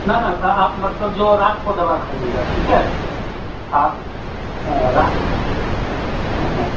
ना ना आप मतलब जो रात को दवा खाईएगा ठीक है आप रात में हाँ हाँ